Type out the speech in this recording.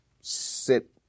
sit